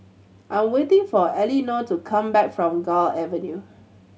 I'm waiting for Elinore to come back from Gul Avenue